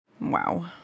Wow